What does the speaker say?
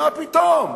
מה פתאום?